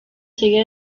sigue